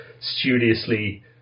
studiously